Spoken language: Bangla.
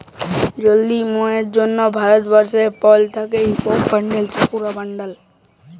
জয়াল ছিলা মিঁয়াদের জ্যনহে ভারতবর্ষলে পলের থ্যাইকে পঁচিশ বয়েসের লকদের জ্যনহে